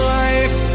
life